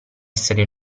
essere